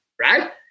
right